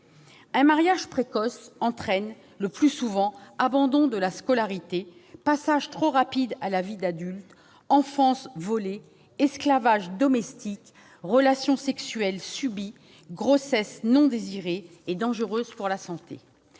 Un mariage précoce entraîne le plus souvent un abandon de la scolarité, un passage trop rapide à la vie d'adulte, une enfance volée, un esclavage domestique, des relations sexuelles subies et des grossesses non désirées et dangereuses pour la santé.